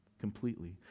completely